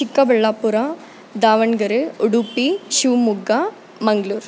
Chikkaballapur Davangere Udupi Shivamogga Mangaluru